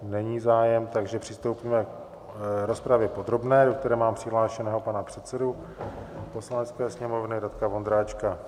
Není zájem, takže přistoupíme k rozpravě podrobné, do které mám přihlášeného pana předsedu Poslanecké sněmovny Radka Vondráčka.